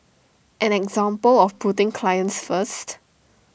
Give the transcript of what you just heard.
an example of putting clients first